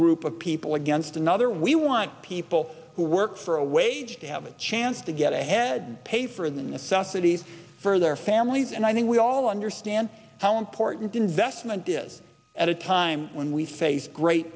group of people against another we want people who work for a wage to have a chance to get ahead pay for in the south city for their families and i think we all understand how important investment is at a time when we face great